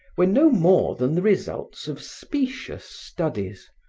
were no more than the results of specious studies,